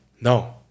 no